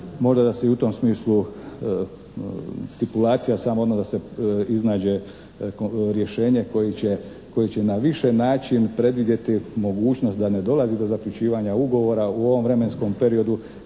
možda da se u tom smislu stipulacija samo odmah da se iznađe rješenje koje će na viši način predvidjeti mogućnost da ne dolazi do zaključivanja ugovora u ovom vremenskom periodu